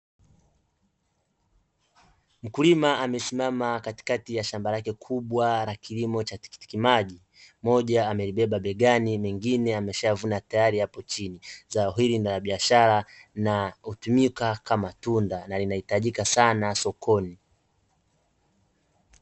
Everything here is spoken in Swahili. Mkulima amesimama katikati ya shamba lake kubwa la kilimo cha tikiti maji, moja amelibeba begani, mengine ameshayavuna tayari yapo chini. Zao hili ni la biashara na hutumika kama tunda na linahitajika sana sokoni.